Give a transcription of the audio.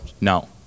no